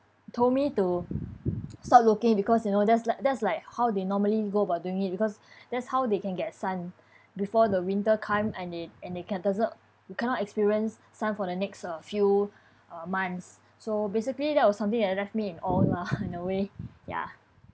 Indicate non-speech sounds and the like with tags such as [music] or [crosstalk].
told me to stop looking because you know that's like that's like how they normally go about doing it because [breath] that's how they can get sun before the winter come and they and they can't doesn't you cannot experience sun for the next uh few uh months so basically that was something that left me in awe lah in a way ya